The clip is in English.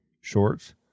shorts